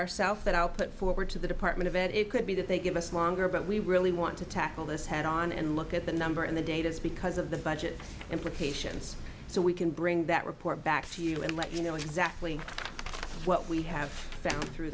that i'll put forward to the department of ed it could be that they give us longer but we really want to tackle this head on and look at the number and the date is because of the budget implications so we can bring that report back to you and let you know exactly what we have found through